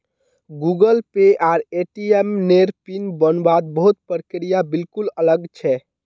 Google Pay आर ATM नेर PIN बन वात बहुत प्रक्रिया बिल्कुल अलग छे